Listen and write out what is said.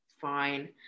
fine